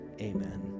Amen